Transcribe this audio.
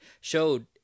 showed